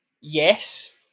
Yes